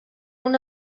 una